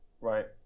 Right